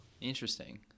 Interesting